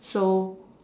so